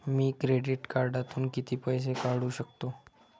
मी credit कार्डातून किती पैसे काढू शकतो?